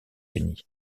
unis